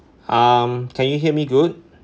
um can you hear me good